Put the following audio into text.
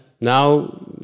now